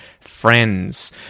friends